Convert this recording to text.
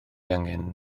angen